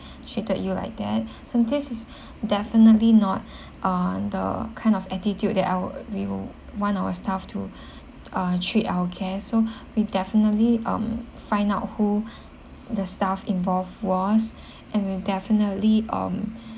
treated you like that so this is definitely not uh the kind of attitude that our we want our staff to uh treat our guest so we definitely um find out who the staff involved was and we'll definitely um